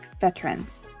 veterans